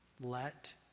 Let